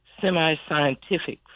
semi-scientific